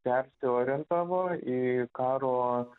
persiorientavo į karo